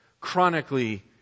Chronically